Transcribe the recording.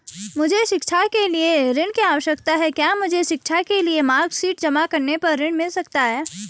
मुझे शिक्षा के लिए ऋण की आवश्यकता है क्या मुझे शिक्षा के लिए मार्कशीट जमा करने पर ऋण मिल सकता है?